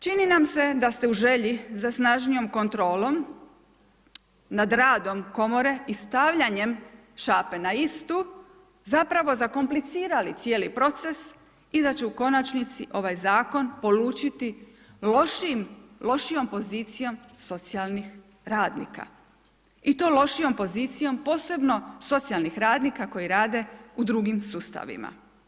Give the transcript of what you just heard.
Čini nam se da ste u želji za snažnijom kontrolom na radom komore i stavljanjem šape na istu, zapravo zakomplicirali cijeli proces i da će u konačnici ovaj zakon polučiti lošijom pozicijom socijalnih radnika i to lošijom pozicijom posebno socijalnih radnika koji rade u drugim sustavima.